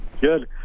Good